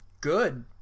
good